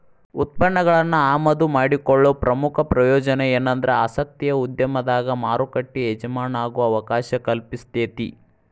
ಉತ್ಪನ್ನಗಳನ್ನ ಆಮದು ಮಾಡಿಕೊಳ್ಳೊ ಪ್ರಮುಖ ಪ್ರಯೋಜನ ಎನಂದ್ರ ಆಸಕ್ತಿಯ ಉದ್ಯಮದಾಗ ಮಾರುಕಟ್ಟಿ ಎಜಮಾನಾಗೊ ಅವಕಾಶ ಕಲ್ಪಿಸ್ತೆತಿ